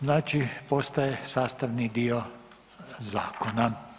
Znači postaje sastavni dio zakona.